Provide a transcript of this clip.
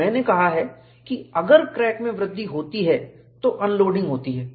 और मैंने कहा है कि अगर क्रैक में वृद्धि होती है तो अनलोडिंग होती है